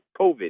COVID